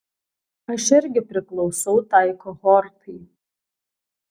aš irgi priklausau tai kohortai